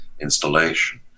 installation